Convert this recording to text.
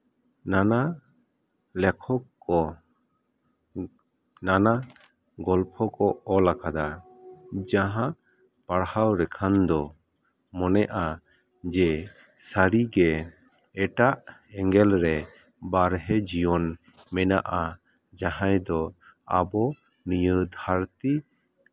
ᱱᱟᱱᱟ ᱞᱮᱠᱷᱚᱠ ᱠᱚ ᱱᱟᱱᱟ ᱜᱚᱞᱯᱷᱚ ᱠᱚ ᱚᱞ ᱟᱠᱟᱫᱟ ᱡᱟᱦᱟᱸ ᱯᱟᱲᱦᱟᱣ ᱞᱮᱠᱷᱟᱱ ᱫᱚ ᱢᱚᱱᱮᱜᱼᱟ ᱡᱮ ᱥᱟᱹᱨᱤᱜᱮ ᱮᱴᱟᱜ ᱮᱸᱜᱮᱞ ᱨᱮ ᱵᱟᱨᱦᱮ ᱡᱤᱭᱚᱱ ᱢᱮᱱᱟᱜᱼᱟ ᱡᱟᱦᱟᱸᱭ ᱫᱚ ᱟᱵᱚ ᱱᱤᱭᱟᱹ ᱫᱷᱟᱹᱨᱛᱤ